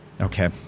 Okay